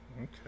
Okay